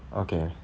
okay